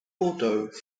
bordeaux